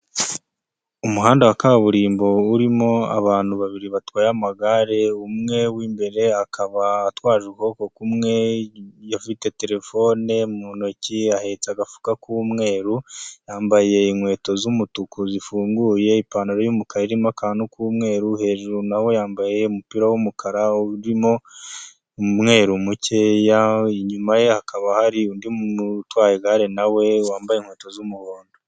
Umuhanda wa kaburimbo urimo abantu babiri batwaye amagare, umwe w'imbere akaba atwaje ukuboko kumwe afite telefone mu ntoki ahetse agafuka k'umweru yambaye inkweto z'umutuku zifunguye, ipantaro yumukara irimo akantu k'umweru hejuru naho yambaye umupira wumukara urimo umweru mukeya, inyuma ye hakaba hari undi utwaye igare nawe wambaye inkweto z'umuhondo.